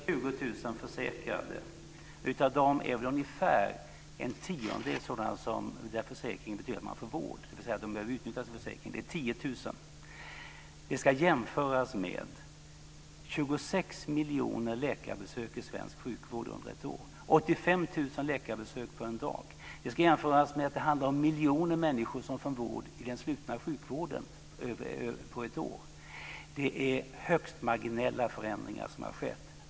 Fru talman! Av 120 000 försäkrade har ungefär en tiondel en sådan försäkring som betyder att man får vård. Det är 10 000. Det ska jämföras med 26 miljoner läkarbesök i svensk sjukvård under ett år, 85 000 läkarbesök på en dag. Det ska jämföras med att det handlar om miljoner människor som får vård i den slutna sjukvården på ett år. Det är högst marginella förändringar som har skett.